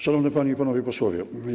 Szanowni Panie i Panowie Posłowie!